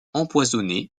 empoisonné